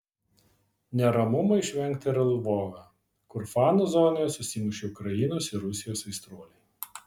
neramumų neišvengta ir lvove kur fanų zonoje susimušė ukrainos ir rusijos aistruoliai